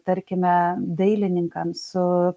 tarkime dailininkams su